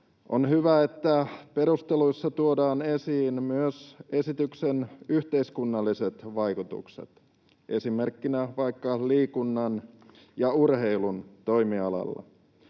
On hyvä, että perusteluissa tuodaan esiin myös esityksen yhteiskunnalliset vaikutukset, esimerkiksi vaikka liikunnan ja urheilun toimialalla.